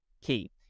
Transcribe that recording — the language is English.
key